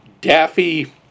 Daffy